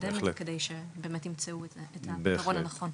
לקדם את זה, כדי שבאמת ימצאו את הפתרון הנכון.